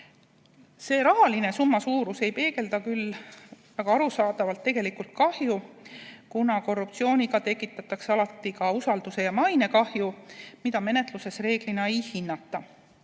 See rahaline summa ei peegelda aga väga arusaadavalt tegelikku kahju, kuna korruptsiooniga tekitatakse alati ka usaldus- ja mainekahju, mida menetluses reeglina ei hinnata.